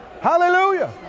Hallelujah